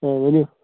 ؤنِو